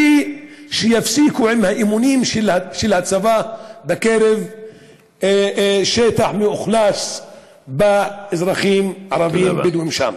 ושיפסיקו עם האימונים של הצבא בשטח מאוכלס באזרחים ערבים בדואים שם.